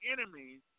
enemies